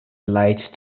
light